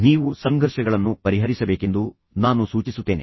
ನೀವು ಸಂಘರ್ಷಗಳನ್ನು ಪರಿಹರಿಸಬೇಕೆಂದು ನಾನು ಸೂಚಿಸುತ್ತೇನೆ